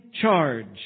charge